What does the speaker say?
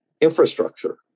infrastructure